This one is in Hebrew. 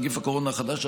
נגיף הקורונה החדש),